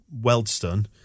Weldstone